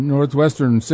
Northwestern